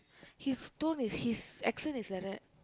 his tone his action is like that